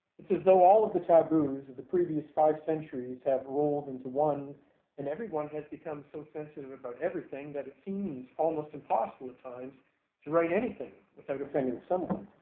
it's as though all of the taboos of the previous five centuries have rolled into one and everyone has become so sensitive about everything that it seems almost impossible at times to write anything without offending someone.